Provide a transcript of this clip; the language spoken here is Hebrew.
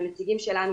מהנציגים שלנו,